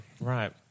Right